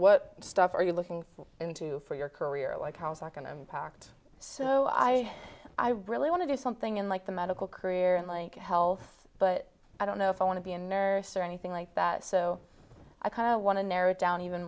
what stuff are you looking into for your career like how's that going to impact so i i really want to do something in like the medical career and like health but i don't know if i want to be a nurse or anything like that so i kind of want to narrow it down even